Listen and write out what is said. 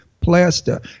plaster